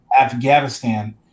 Afghanistan